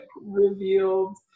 revealed